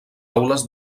aules